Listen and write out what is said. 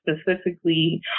specifically